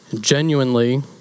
genuinely